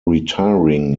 retiring